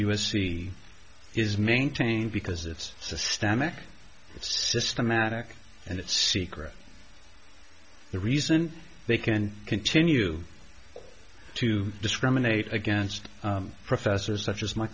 c is maintained because it's systemic systematic and it secret the reason they can continue to discriminate against professors such as my